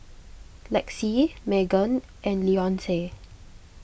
Lexie Meagan and Leonce